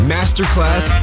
Masterclass